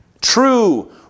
True